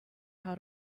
how